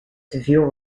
severe